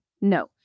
No